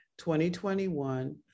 2021